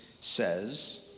says